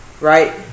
right